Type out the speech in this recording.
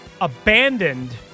abandoned